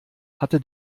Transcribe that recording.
hatte